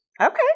Okay